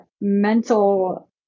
mental